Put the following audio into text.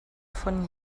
von